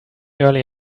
early